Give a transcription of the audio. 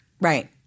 Right